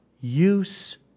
use